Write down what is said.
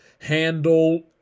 handle